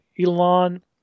Elon